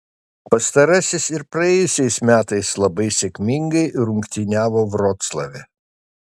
pastarasis ir praėjusiais metais labai sėkmingai rungtyniavo vroclave